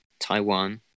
Taiwan